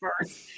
first